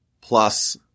plus